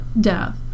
death